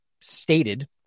stated